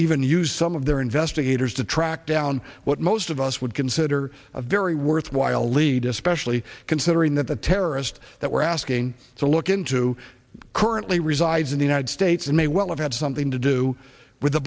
even use some of their investigators to track down what most of us would consider a very worthwhile lead especially considering that the terrorist that we're asking to look into currently resides in the united states and may well have had something to do with the